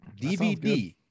DVD